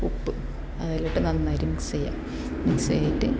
ഉപ്പ് അതിലിട്ട് നന്നായിട്ട് മിക്സ് ചെയ്യുക മിക്സ് ചെയ്തിട്ട്